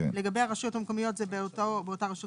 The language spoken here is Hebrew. לגבי הרשויות המקומיות זה באותה רשות